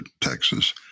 Texas